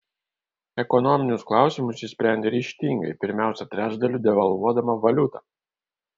ekonominius klausimus ji sprendė ryžtingai pirmiausia trečdaliu devalvuodama valiutą